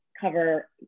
cover